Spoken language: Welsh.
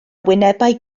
wynebau